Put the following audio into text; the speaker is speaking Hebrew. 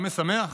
מה משמח?